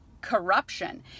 corruption